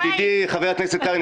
ידידי חבר הכנסת קרעי,